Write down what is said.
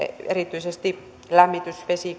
erityisesti lämmitys vesi